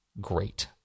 Great